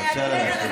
זו האמת.